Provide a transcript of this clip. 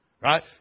right